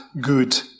good